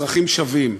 אזרחים שווים,